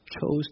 chose